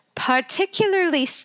Particularly